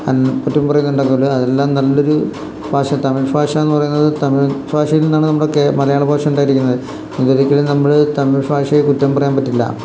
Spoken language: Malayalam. പറയുന്നുണ്ടാകുമല്ലോ അതെല്ലാം നല്ലൊരു ഭാഷ തമിഴ് ഭാഷ എന്ന് പറയുന്നത് തമിഴ് ഭാഷയിൽ നിന്നാണ് നമുക്ക് കേരളം മലയാള ഭാഷ ഉണ്ടായിരിക്കുന്നത് ഇതൊരിക്കലും നമ്മൾ തമിഴ് ഭാഷയെ കുറ്റം പറയാൻ പറ്റില്ല